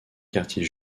quartier